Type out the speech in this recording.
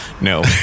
No